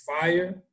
fire